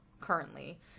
currently